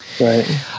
Right